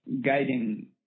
guiding